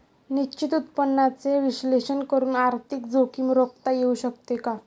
निश्चित उत्पन्नाचे विश्लेषण करून आर्थिक जोखीम रोखता येऊ शकते का?